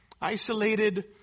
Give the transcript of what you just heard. isolated